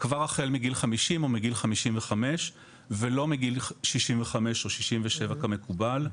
כבר מגיל 50 או מגיל 55 ולא מגיל 65 או 67 כמקובל,